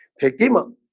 pick him up.